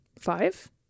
Five